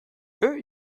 eux